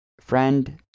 Friend